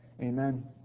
Amen